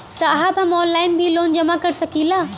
साहब हम ऑनलाइन भी लोन जमा कर सकीला?